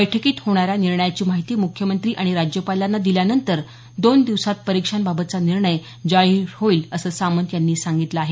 बैठकीत होणाऱ्या निर्णयाची माहिती मुख्यमंत्री आणि राज्यपालांना दिल्यानंतर दोन दिवसांत परीक्षांबाबतचा निर्णय जाहीर होईल असं सामंत यांनी सांगितलं आहे